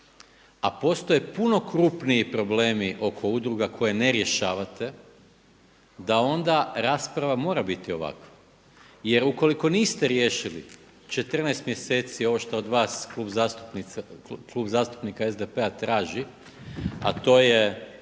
a postoje puno krupniji problemi oko udruga koje ne rješavate da onda rasprava mora biti ovakva jer ukoliko niste riješili 14 mjeseci ovo šta od vas Klub zastupnika SDP-a traži, a to je